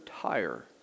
tire